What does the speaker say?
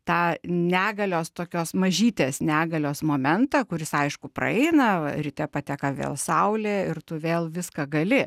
tą negalios tokios mažytės negalios momentą kuris aišku praeina ryte pateka vėl saulė ir tu vėl viską gali